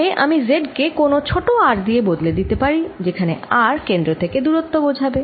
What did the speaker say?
পরে আমি z কে কোন ছোট r দিয়ে বদলে দিতে পারি যেখানে r কেন্দ্র থেকে দূরত্ব বোঝাবে